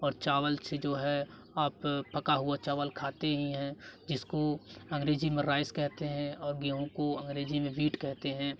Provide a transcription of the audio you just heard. और चावल से जो है आप पका हुआ चावल खाते ही हैं जिसको अंग्रेजी में राइस कहते हैं और गेहूँ को अंग्रेजी में वीट कहते हैं